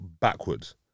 backwards